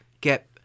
get